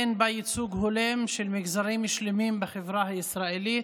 אין בה ייצוג הולם של מגזרים שלמים בחברה הישראלית,